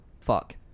fuck